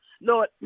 Lord